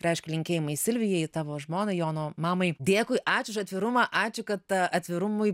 reiškia linkėjimai silvijai tavo žmonai jono mamai dėkui ačiū už atvirumą ačiū kad atvirumui